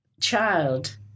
child